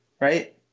right